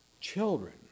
children